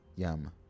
Yum